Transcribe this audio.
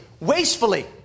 wastefully